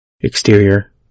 Exterior